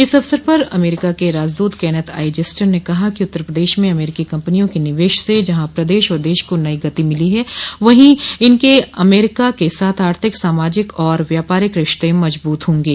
इस अवसर पर अमेरिका के राजदूत केनेथ आई जेस्टर ने कहा कि उत्तर प्रदेश में अमेरिकी कम्पनियों के निवेश से जहां प्रदेश और देश को नई गति मिलेगी वहीं इनके अमेरिका के साथ आर्थिक सामाजिक और व्यापारिक रिश्ते मजबूत होंगे